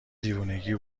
دیوونگی